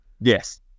yes